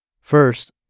First